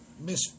Miss